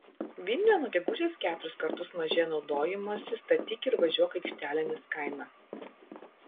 vilniuje nuo gegužės keturis kartus mažėja naudojimosi statyk ir važiuok aikštelėmis kaina